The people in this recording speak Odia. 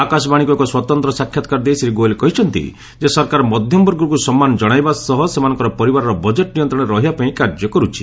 ଆକାଶବାଣୀକୁ ଏକ ସ୍ୱତନ୍ତ୍ର ସାକ୍ଷାତକାର ଦେଇ ଶ୍ରୀ ଗୋଏଲ୍ କହିଛନ୍ତି ଯେ ସରକାର ମଧ୍ୟମବର୍ଗକୁ ସନ୍ମାନ ଜଣାଇବା ସହ ସେମାନଙ୍କର ପରିବାରର ବଜେଟ୍ ନିୟନ୍ତ୍ରଣରେ ରହିବା ପାଇଁ କାର୍ଯ୍ୟ କରୁଛି